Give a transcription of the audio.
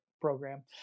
program